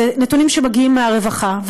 אלה נתונים שמגיעים מהרווחה.